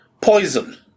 poison